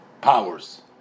powers